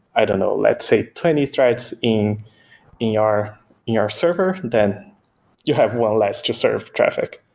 i don't know, let's say twenty threads in your your server then you have one last reserved traffic.